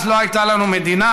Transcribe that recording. אז לא הייתה לנו מדינה,